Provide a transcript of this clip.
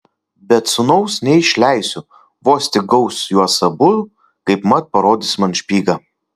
bet sūnaus neišleisiu vos tik gaus juos abu kaipmat parodys man špygą